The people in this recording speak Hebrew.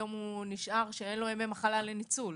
הוא נשאר בלי ימי מחלה לניצול.